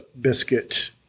Biscuit